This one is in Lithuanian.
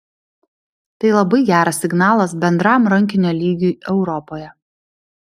tai labai geras signalas bendram rankinio lygiui europoje